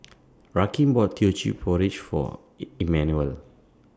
Rakeem bought Teochew Porridge For Immanuel